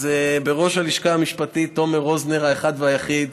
אז בראש הלשכה המשפטית, תומר רוזנר האחד והיחיד,